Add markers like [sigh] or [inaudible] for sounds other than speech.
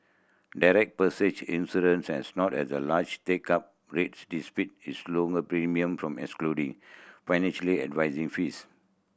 direct [unintelligible] insurance has not had the large take up rich despite its lower premium from excluding financially advising fees